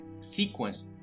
sequence